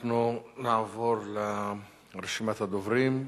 אנחנו נעבור לרשימת הדוברים.